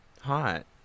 Hot